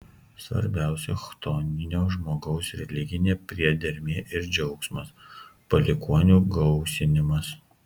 svarbiausia chtoninio žmogaus religinė priedermė ir džiaugsmas palikuonių gausinimas